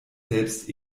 selbst